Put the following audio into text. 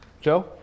Joe